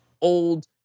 old